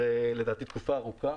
באוויר, לדעתי, תקופה ארוכה.